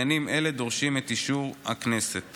עניינים אלה דורשים את אישור הכנסת.